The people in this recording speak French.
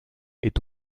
est